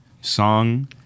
song